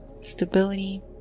stability